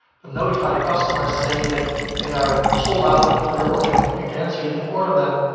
but notify the customers, say that, they are sold out, but we're ordering again. so you can order them,